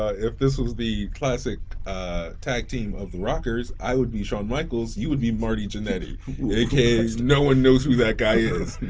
ah if this was the classic tag team of the rockers, i would be shawn michaels, you would be marty jannetty aka no one knows who that guy is.